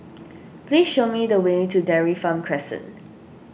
please show me the way to Dairy Farm Crescent